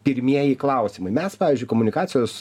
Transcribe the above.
pirmieji klausimai mes pavyzdžiui komunikacijos